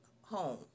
home